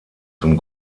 zum